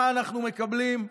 מה אנחנו מקבלים?